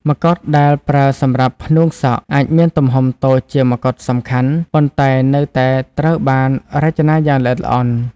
ម្កុដដែលប្រើសម្រាប់ផ្នួងសក់អាចមានទំហំតូចជាងម្កុដសំខាន់ ប៉ុន្តែនៅតែត្រូវបានរចនាយ៉ាងល្អិតល្អន់។